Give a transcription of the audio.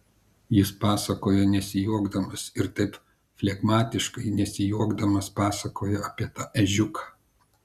jis pasakojo nesijuokdamas ir taip flegmatiškai nesijuokdamas pasakojo apie tą ežiuką